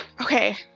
Okay